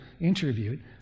interviewed